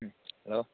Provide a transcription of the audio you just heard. ꯎꯝ hello